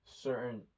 certain